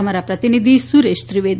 અમારા પ્રતિનિધી સુરેશ ત્રિવેદી